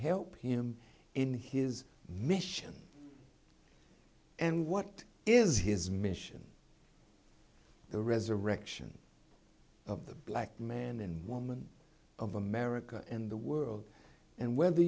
helped him in his mission and what is his mission the resurrection of the black man and woman of america and the world and whether